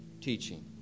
teaching